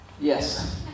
Yes